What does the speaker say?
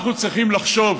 אנחנו צריכים לחשוב,